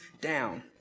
down